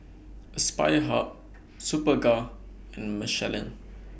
Aspire Hub Superga and Michelin